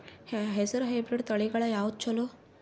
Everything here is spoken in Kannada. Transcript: ಹೆಸರ ಹೈಬ್ರಿಡ್ ತಳಿಗಳ ಯಾವದು ಚಲೋ?